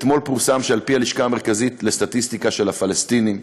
אתמול פורסם שעל-פי הלשכה המרכזית לסטטיסטיקה של הפלסטינים,